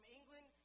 England